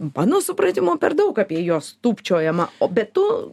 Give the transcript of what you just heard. mano supratimu per daug apie juos tūpčiojama o bet tu